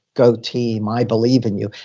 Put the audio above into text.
go team. i believe in you.